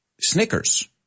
Snickers